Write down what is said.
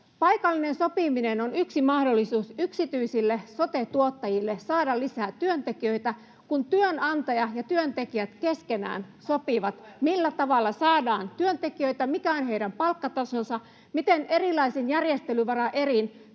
Paikallinen sopiminen on yksi mahdollisuus yksityisille sote-tuottajille saada lisää työntekijöitä, kun työnantaja ja työntekijät keskenään sopivat, millä tavalla saadaan työntekijöitä, mikä on heidän palkkatasonsa ja miten erilaisin järjestelyvaraerin